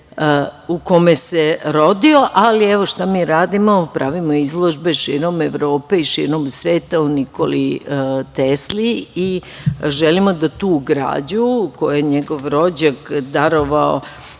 u kome se rodio. Evo šta mi radimo – pravimo izložbe širom Evrope i širom sveta o Nikoli Tesli i želimo da tu građu koju je njegov rođak, koji